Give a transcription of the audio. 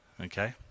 okay